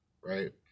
Right